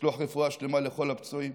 לשלוח רפואה שלמה לכל הפצועים,